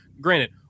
Granted